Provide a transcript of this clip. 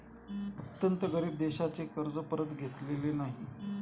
अत्यंत गरीब देशांचे कर्ज परत घेतलेले नाही